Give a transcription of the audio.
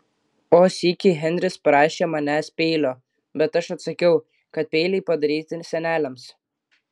o sykį henris prašė manęs peilio bet aš atsakiau kad peiliai padaryti seneliams